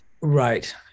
Right